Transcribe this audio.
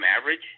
average